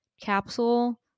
capsule